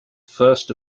first